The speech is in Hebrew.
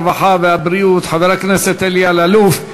הרווחה והבריאות חבר הכנסת אלי אלאלוף.